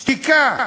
שתיקה.